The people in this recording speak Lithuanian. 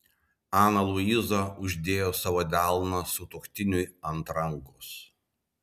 ana luiza uždėjo savo delną sutuoktiniui ant rankos